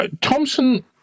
Thompson